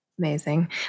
Amazing